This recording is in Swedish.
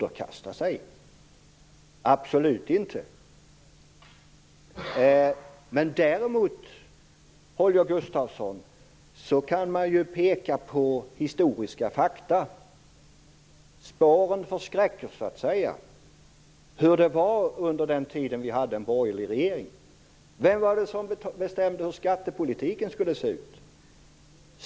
Det har jag absolut inte gjort. Däremot, Holger Gustafsson, kan man peka på historiska fakta. Spåren förskräcker. Jag tänker på hur det var under den tid då vi hade en borgerlig regering. Vem var det som bestämde hur skattepolitiken skulle se ut?